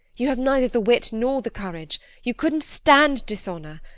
you have neither the wit nor the courage. you couldn't stand dishonour!